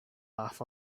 laugh